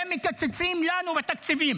ומקצצים לנו בתקציבים.